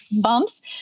bumps